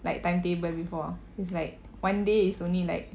like timetable before it's like one day is only like